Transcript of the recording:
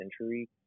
century